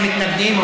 נגד, 2, אין נמנעים.